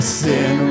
sin